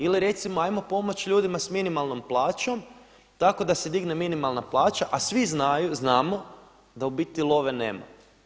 Ili recimo hajmo pomoći ljudima sa minimalnom plaćom tako da se digne minimalna plaća, a svi znamo da u biti love nema.